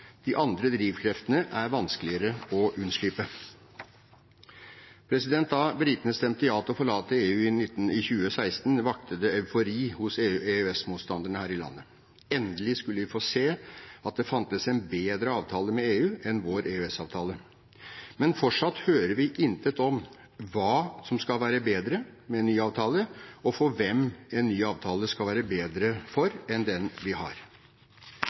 De andre drivkreftene er vanskeligere å unnslippe. Da britene stemte ja til å forlate EU i 2016, vakte det eufori hos EØS-motstanderne her i landet. Endelig skulle vi få se at det fantes en bedre avtale med EU enn vår EØS-avtale. Men fortsatt hører vi intet om hva som skal være bedre med en ny avtale, og for hvem en ny avtale skal være bedre enn den vi har.